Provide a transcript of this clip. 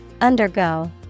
undergo